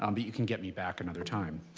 um but you can get me back another time.